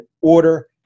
order